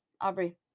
Aubrey